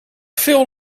veel